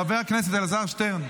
חבר הכנסת אלעזר שטרן,